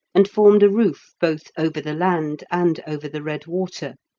and formed a roof both over the land and over the red water,